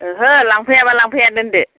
ओहो लांफैयाबा लांफैया दोनदो